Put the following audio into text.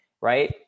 right